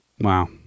Wow